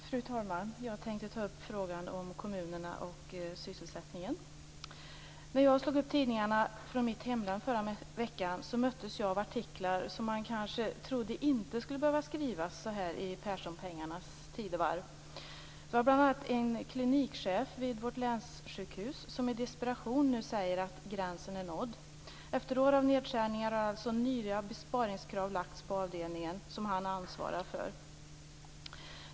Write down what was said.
Fru talman! Jag tänkte ta upp frågan om kommunerna och sysselsättningen. När jag slog upp tidningarna från mitt hemlän förra veckan möttes jag av artiklar som man kanske trodde inte skulle behöva skrivas så här i Perssonpengarnas tidevarv. Bl.a. säger en klinikchef vid vårt länssjukhus nu i desperation att gränsen är nådd. Efter år av nedskärningar har alltså nya besparingskrav lagts på den avdelning som han ansvarar för.